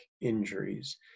injuries